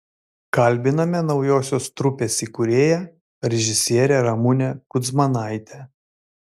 kalbiname naujosios trupės įkūrėją režisierę ramunę kudzmanaitę